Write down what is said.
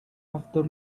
after